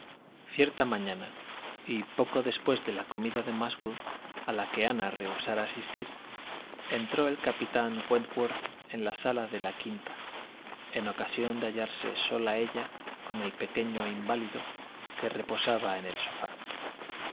cierta mañana y poco después de la comida de musgrove a la que ana rehusara asistir entró el capitán wentworth en la sala de la quinta en ocasión de hallarse sola ella con el pequeño inválido que reposaba en el sofá